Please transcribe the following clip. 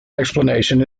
explanation